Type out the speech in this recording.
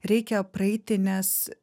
reikia praeiti nes